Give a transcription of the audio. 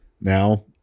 now